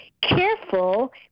careful